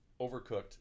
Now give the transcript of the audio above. overcooked